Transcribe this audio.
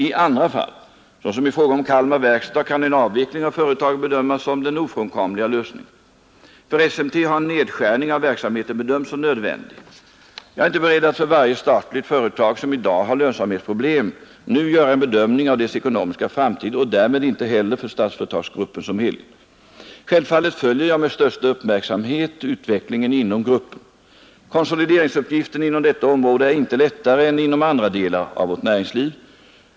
I andra fall, såsom i fråga om Kalmar verkstad, kan en avveckling av företaget bedömas som den ofrånkomliga lösningen. För SMT har en nedskärning av verksamheten bedömts som nödvändig. Jag är inte beredd att för varje statligt företag som i dag har lönsamhetsproblem nu göra en bedömning av dess ekonomiska framtid och därmed inte heller för Statsföretagsgruppen som helhet. Självfallet följer jag med största uppmärksamhet utvecklingen inom gruppen. Konsolideringsuppgiften inom detta område är inte lättare än inom andra delar av vårt näringsliv.